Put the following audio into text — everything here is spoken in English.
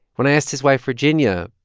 when i asked his wife virginia,